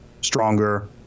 stronger